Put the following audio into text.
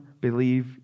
believe